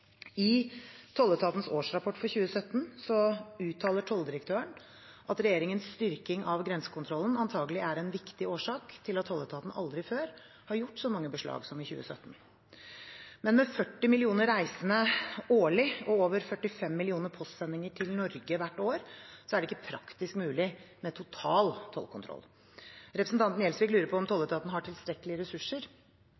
I tolletatens årsrapport for 2017 uttaler tolldirektøren at regjeringens styrking av grensekontrollen antakelig er en viktig årsak til at tolletaten aldri før har gjort så mange beslag som i 2017. Men med 40 millioner reisende årlig og over 45 millioner postsendinger til Norge hvert år er det ikke praktisk mulig med total tollkontroll. Representanten Gjelsvik lurer på om